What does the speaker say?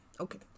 okay